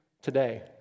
today